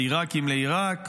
העיראקים לעיראק,